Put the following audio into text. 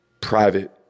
private